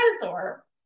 dinosaur